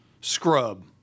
Scrub